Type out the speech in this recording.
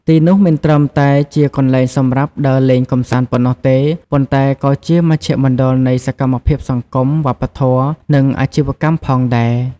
ទីនោះមិនត្រឹមតែជាកន្លែងសម្រាប់ដើរលេងកម្សាន្តប៉ុណ្ណោះទេ ប៉ុន្តែក៏ជាមជ្ឈមណ្ឌលនៃសកម្មភាពសង្គម វប្បធម៌ និងអាជីវកម្មផងដែរ។